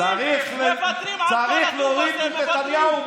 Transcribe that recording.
צריך להוריד את נתניהו,